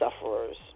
sufferers